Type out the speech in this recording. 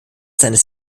seines